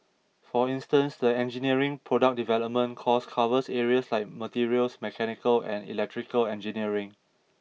for instance the engineering product development course covers areas like materials mechanical and electrical engineering